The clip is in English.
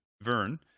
Vern